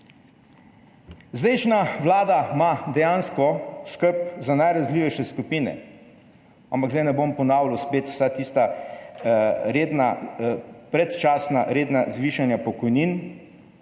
Zdajšnja vlada ima dejansko skrb za najranljivejše skupine, ampak zdaj ne bom ponavljal spet vseh tistih rednih, predčasnih zvišanj pokojnin,